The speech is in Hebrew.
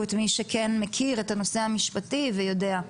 את מי שכן מכיר את הנושא המשפטי ויודע.